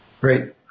Great